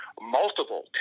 multiple